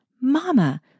Mama